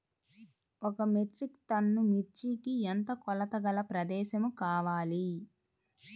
ఒక metric ton మిర్చికి ఎంత కొలతగల ప్రదేశము కావాలీ?